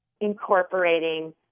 incorporating